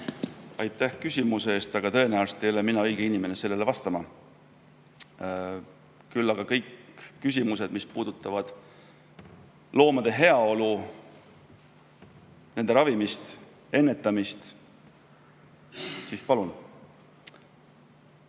Aitäh küsimuse eest! Aga tõenäoliselt ei ole mina õige inimene sellele vastama. Küll aga kõik küsimused, mis puudutavad loomade heaolu, nende ravimist, ennetamist – siis palun!